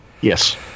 yes